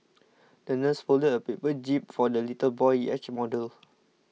the nurse folded a paper jib for the little boy's yacht model